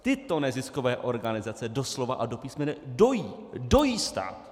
Tyto neziskové organizace doslova a do písmene dojí stát.